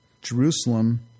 Jerusalem